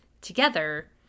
together